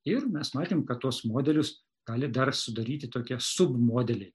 ir mes matėm kad tuos modelius gali dar sudaryti tokie submodeliai